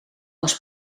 was